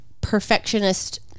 perfectionist